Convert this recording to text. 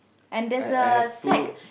I I have two